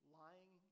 lying